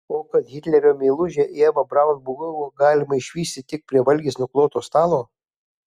o kad hitlerio meilužę evą braun buvo galima išvysti tik prie valgiais nukloto stalo